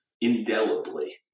indelibly